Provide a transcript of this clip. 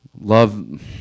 Love